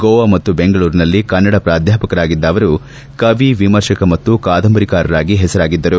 ಗೋವಾ ಮತ್ತು ಬೆಂಗಳೂರುಗಳಲ್ಲಿ ಕನ್ನಡ ಪ್ರಾಧ್ಯಾಪಕರಾಗಿದ್ದ ಅವರು ಕವಿ ವಿಮರ್ಶಕ ಮತ್ತು ಕಾದಂಬರಿಕಾರರಾಗಿ ಹೆಸರಾಗಿದ್ದರು